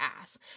ass